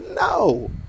No